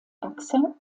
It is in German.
achse